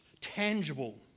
tangible